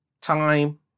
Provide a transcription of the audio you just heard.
time